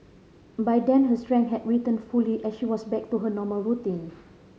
by then her strength had returned fully and she was back to her normal routine